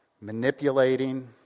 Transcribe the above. Manipulating